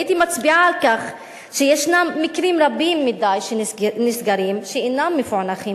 הייתי מצביעה על כך שיש מקרים רבים מדי שנסגרים ואינם מפוענחים,